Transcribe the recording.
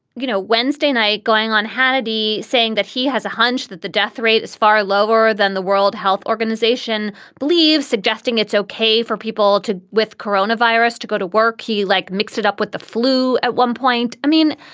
you know, wednesday night going on hannity saying that he has a hunch that the death rate is far lower than the world health organization believes, suggesting it's okay for people to with coronavirus to go to work. he, like, mixed it up with the flu at one point. i mean,